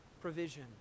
provision